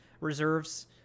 reserves